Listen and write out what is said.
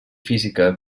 física